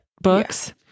books